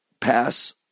pass